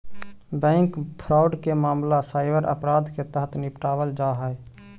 bank fraud के मामला cyber अपराध के तहत निपटावल जा हइ